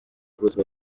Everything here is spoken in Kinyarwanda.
bruce